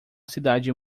cidade